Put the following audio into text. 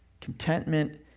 Contentment